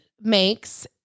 makes